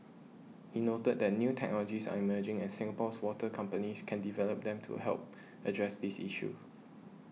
he noted that new technologies are emerging and Singapore's water companies can develop them to help address these issues